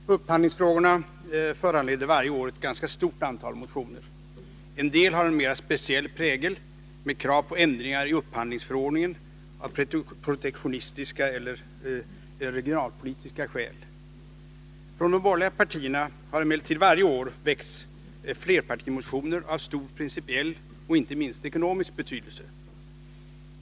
Herr talman! Upphandlingsfrågorna föranleder varje år ett ganska stort antal motioner. En del har en mera speciell prägel, med krav på ändringar i upphandlingsförordningen av protektionistiska eller regionalpolitiska skäl. Från de borgerliga partierna har emellertid varje år väckts flerpartimotioner av stor principiell och inte minst ekonomisk betydelse.